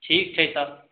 ठीक छै तब